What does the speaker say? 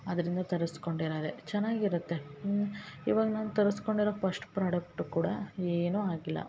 ಅದರಿಂದ ತರಸ್ಕೊಂಡಿರದೆ ಚೆನ್ನಾಗಿರತ್ತೆ ಇವಾಗ ನಾನು ತರಸ್ಕೊಂಡಿರೋ ಫಸ್ಟ್ ಪ್ರಾಡಕ್ಟು ಕೂಡ ಏನು ಆಗಿಲ್ಲ